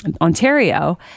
Ontario